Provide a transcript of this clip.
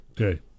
Okay